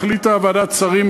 החליטה ועדת השרים,